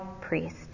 priest